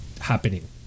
happening